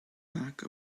back